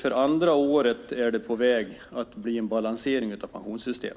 För andra året i rad är det på väg att bli en balansering av pensionssystemet.